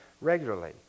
regularly